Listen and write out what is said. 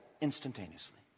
instantaneously